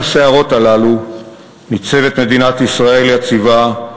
בין הסערות הללו ניצבת מדינת ישראל יציבה,